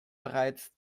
bereits